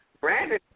Brandon